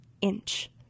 inch